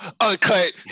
uncut